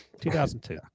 2002